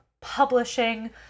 publishing